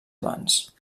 abans